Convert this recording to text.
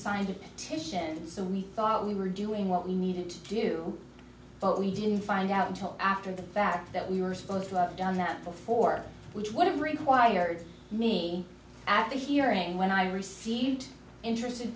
signed a petition so we thought we were doing what we needed to do but we didn't find out until after the fact that we were supposed done that before which would have required me after hearing when i received interested